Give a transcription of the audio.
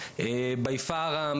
בפער ניכר,